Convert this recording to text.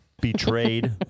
betrayed